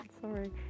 sorry